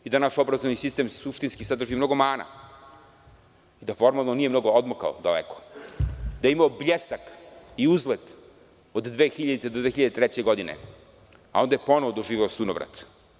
Naš obrazovni sistem suštinski sadrži mnogo mana, da formalno nije mnogo odmakao daleko, da je imao bljesak i uzlet od 2000.do 2003. godinea onda ponovo doživeo sunovrat.